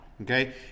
okay